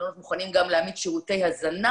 המלונות מוכנים גם להעמיד שירותי הזנה